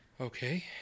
Okay